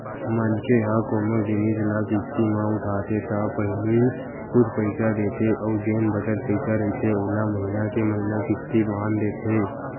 मनखे ह कोनो जिनिस ल किस्ती म उठाथे त पहिली कुछ पइसा देथे अउ जेन बचत पइसा रहिथे ओला महिना के महिना किस्ती बांध देथे